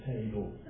table